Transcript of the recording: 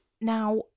now